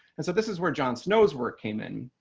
and so this is where jon snow's work came in.